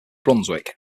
brunswick